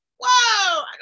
whoa